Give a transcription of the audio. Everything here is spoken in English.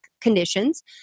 conditions